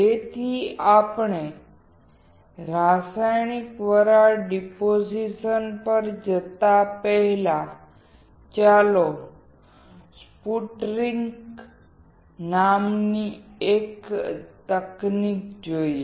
તેથી આપણે રાસાયણિક વરાળ ના ડિપોઝિશન પર જતા પહેલા ચાલો સ્પુટરિંગ નામની વધુ એક તકનીક જોઈએ